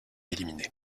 éliminé